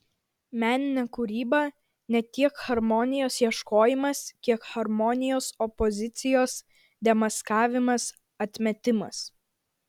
meninė kūryba ne tiek harmonijos ieškojimas kiek harmonijos opozicijos demaskavimas atmetimas